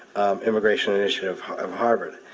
immigration initiative of harvard.